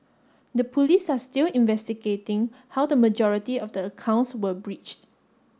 the Police are still investigating how the majority of the accounts were breached